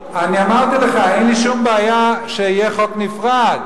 אמרתי לך: אין לי שום בעיה שיהיה חוק נפרד.